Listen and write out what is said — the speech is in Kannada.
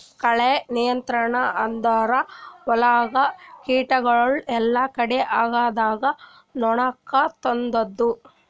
ಕಳೆ ನಿಯಂತ್ರಣ ಅಂದುರ್ ಹೊಲ್ದಾಗ ಕೀಟಗೊಳ್ ಎಲ್ಲಾ ಕಡಿ ಆಗ್ಲಾರ್ದಂಗ್ ನೊಡ್ಕೊತ್ತುದ್